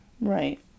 Right